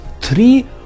three